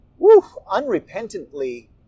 unrepentantly